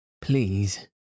Please